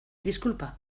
disculpa